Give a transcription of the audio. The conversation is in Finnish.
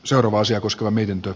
survaisee kuskaaminen tuo